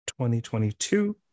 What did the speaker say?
2022